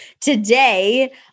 today